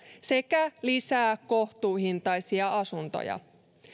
sekä lisää kohtuuhintaisia asuntoja